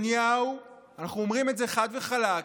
נתניהו, אנחנו אומרים את זה חד וחלק,